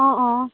অ' অ'